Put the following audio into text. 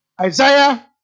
Isaiah